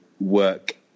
work